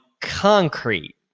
concrete